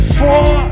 four